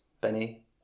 Benny